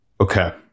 Okay